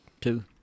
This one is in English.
Two